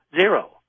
Zero